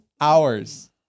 hours